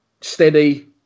steady